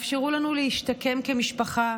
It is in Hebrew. אפשרו לנו להשתקם כמשפחה,